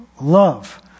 love